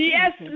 Yes